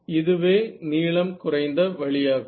இதுவே நீளம் குறைந்த வழியாகும்